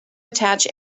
attach